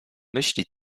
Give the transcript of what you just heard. myśli